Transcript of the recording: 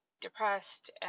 depressed